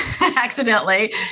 accidentally